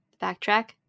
Backtrack